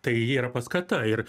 tai yra paskata ir